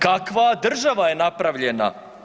Kakva država je napravljena?